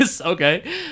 Okay